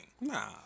Nah